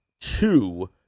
two